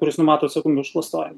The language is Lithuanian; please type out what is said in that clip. kuris numato atsakomybę už klastojimą